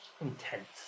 Intense